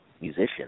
musicians